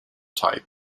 type